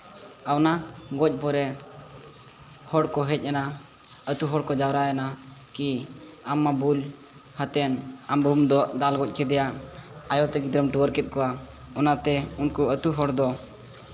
ᱟᱨ ᱚᱱᱟ ᱜᱚᱡᱽ ᱯᱚᱨᱮ ᱦᱚᱲ ᱠᱚ ᱦᱮᱡᱽ ᱮᱱᱟ ᱟᱛᱳ ᱦᱚᱲ ᱠᱚ ᱡᱟᱣᱨᱟᱭᱮᱱᱟ ᱠᱤ ᱟᱢ ᱢᱟ ᱵᱩᱞ ᱦᱟᱛᱮᱱ ᱟᱢ ᱵᱟᱦᱩᱢ ᱫᱟᱞ ᱜᱚᱡᱽ ᱠᱮᱫᱮᱭᱟ ᱟᱭᱚᱛᱮ ᱜᱤᱫᱟᱹᱨᱮᱢ ᱴᱩᱣᱟᱹᱨ ᱠᱮᱫ ᱠᱚᱣᱟ ᱚᱱᱟᱛᱮ ᱩᱱᱠᱩ ᱟᱛᱳ ᱦᱚᱲ ᱫᱚ